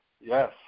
yes